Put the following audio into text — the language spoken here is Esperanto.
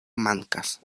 mankas